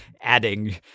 adding